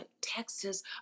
Texas